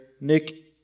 Nick